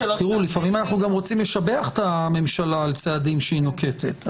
לפעמים אנחנו גם רוצים לשבח את הממשלה על צעדים שהיא נוקטת.